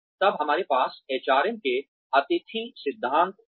तब हमारे पास एचआरएम के अतिथि सिद्धांत थे